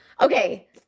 Okay